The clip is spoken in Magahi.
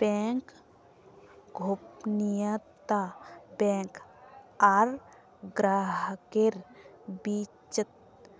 बैंक गोपनीयता बैंक आर ग्राहकेर बीचत